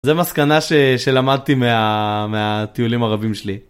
זה מסקנה שלמדתי מהטיולים הרבים שלי.